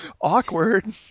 Awkward